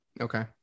Okay